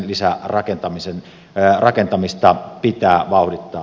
siksi sen lisärakentamista pitää vauhdittaa